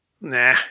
Nah